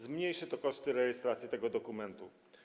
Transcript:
Zmniejszy to koszty rejestracji tego dokumentu.